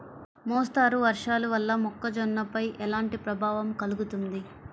మోస్తరు వర్షాలు వల్ల మొక్కజొన్నపై ఎలాంటి ప్రభావం కలుగుతుంది?